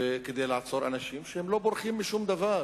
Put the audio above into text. כדי לעצור אנשים שלא בורחים משום דבר.